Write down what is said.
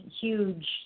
huge